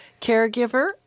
caregiver